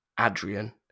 Adrian